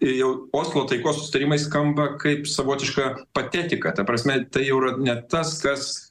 jau oslo taikos susitarimai skamba kaip savotiška patetika ta prasme tai jau yra ne tas kas